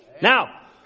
Now